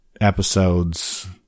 episodes